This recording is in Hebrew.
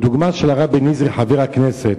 דוגמה של הרב בניזרי, חבר הכנסת,